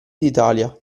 d’italia